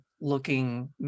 looking